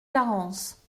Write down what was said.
carence